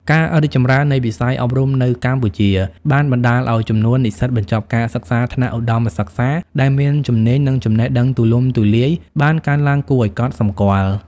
ការរីកចម្រើននៃវិស័យអប់រំនៅកម្ពុជាបានបណ្តាលឲ្យចំនួននិស្សិតបញ្ចប់ការសិក្សាថ្នាក់ឧត្តមសិក្សាដែលមានជំនាញ និងចំណេះដឹងទូលំទូលាយបានកើនឡើងគួរឲ្យកត់សម្គាល់។